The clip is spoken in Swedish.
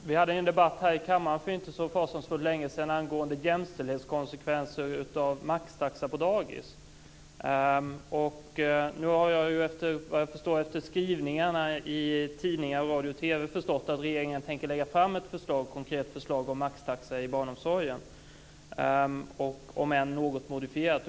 Herr talman! För inte så fasligt länge sedan hade vi en debatt här i kammaren angående jämställdhetskonsekvenser av maxtaxa på dagis. Efter, såvitt jag förstår, vad som framkommit i radio och TV tänker regeringen lägga fram ett konkret förslag om maxtaxa inom barnomsorgen, om än något modifierat.